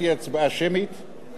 ראיתי, וזה מאושר.